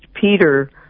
Peter